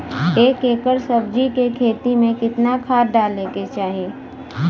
एक एकड़ सब्जी के खेती में कितना खाद डाले के चाही?